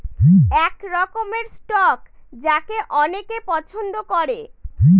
এক রকমের স্টক যাকে অনেকে পছন্দ করে